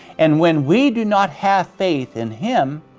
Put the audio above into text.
and when we do not have faith in him,